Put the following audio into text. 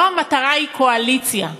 לא המטרה היא קואליציה.